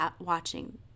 watching